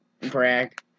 Brag